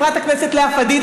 שהחיינו.